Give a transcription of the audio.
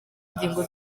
ngingo